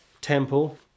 temple